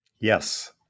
Yes